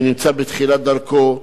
שנמצא בתחילת דרכו,